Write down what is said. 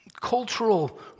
cultural